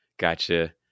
Gotcha